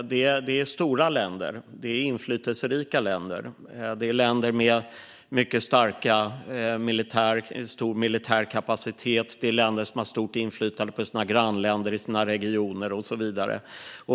Detta är stora och inflytelserika länder med mycket stor militär kapacitet. Det är länder som har ett stort inflytande på sina grannländer, i sina regioner och så vidare.